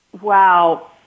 Wow